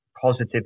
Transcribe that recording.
positive